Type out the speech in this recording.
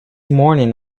morning